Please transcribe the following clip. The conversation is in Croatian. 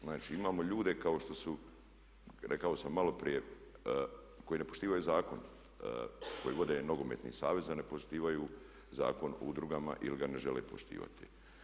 Znači, imamo ljude kao što su rekao sam malo prije koji ne poštivaju zakon, koji vode nogometni savez, a ne poštivaju Zakon o udrugama ili ga ne žele poštivati.